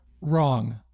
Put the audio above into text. wrong